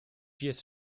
pies